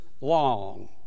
long